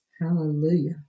Hallelujah